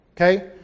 okay